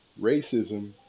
racism